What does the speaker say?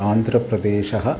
आन्ध्रप्रदेशः